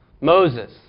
Moses